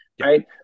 right